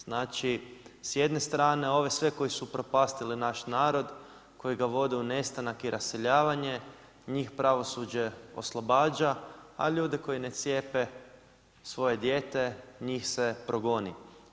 Znači, s jedne strane ove sve koji su upropastili naš narod koji ga vode u nestanak i raseljavanje njih pravosuđe oslobađa, a ljude koji ne cijepe svoje dijete njih se progoni.